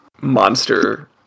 monster